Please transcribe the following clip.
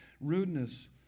rudeness